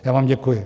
Já vám děkuji.